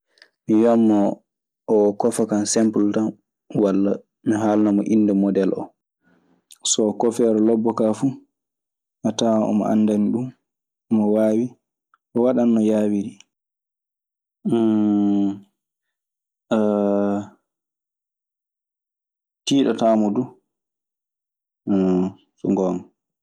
Mi wiyan moo oo kofa kan sempuul tan walla mi haalana mo innde modeel oo. So o kofeer lobbo kaa fu, a tawan omo anndani ɗun, omo waawi. O waɗan no yaawiri nii. Tiiɗataa mo du, so ngoonga.